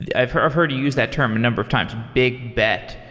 i've heard i've heard you used that term a number of times, big bet.